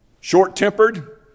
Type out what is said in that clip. short-tempered